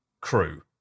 crew